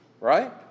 right